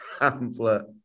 Hamlet